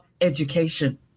education